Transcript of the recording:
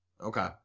Okay